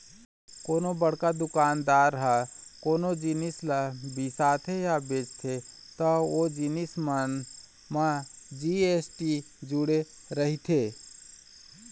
कोनो बड़का दुकानदार ह कोनो जिनिस ल बिसाथे या बेचथे त ओ जिनिस मन म जी.एस.टी जुड़े रहिथे